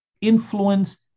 influence